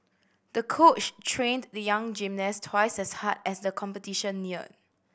the coach trained the young gymnast twice as hard as the competition neared